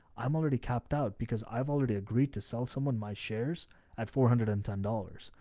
i'm already capped out because i've already agreed to sell someone my shares at four hundred and ten dollars.